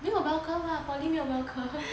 没有 bell curve poly 没有 bell curve